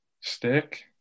stick